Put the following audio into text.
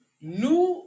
Nous